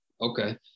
Okay